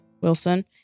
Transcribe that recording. Wilson